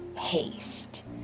haste